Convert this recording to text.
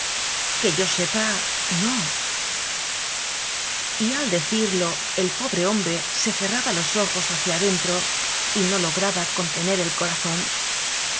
que yo sepa no y al decirlo el pobre hombre se cerraba los ojos hacia adentro y no lograba conte ner al corazón